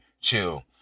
chill